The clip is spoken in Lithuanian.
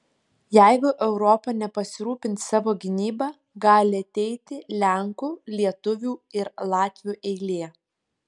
jeigu europa nepasirūpins savo gynyba gali ateiti lenkų lietuvių ir latvių eilė